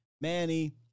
Manny